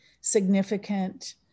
significant